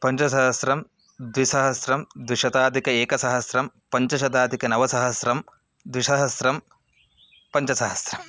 पञ्चसहस्रं द्विसहस्रं द्विशताधिक एकसहस्रं पञ्चशतादिकनवसहस्रं द्विशहस्रं पञ्चसहस्रम्